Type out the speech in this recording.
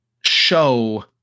show